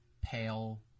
pale